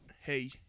hey